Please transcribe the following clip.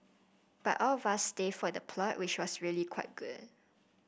but all of us stay for the plot which was really quite good